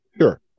sure